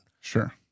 sure